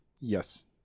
Yes